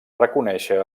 reconèixer